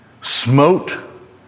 smote